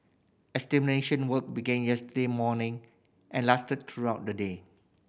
extermination work began yesterday morning and lasted through the day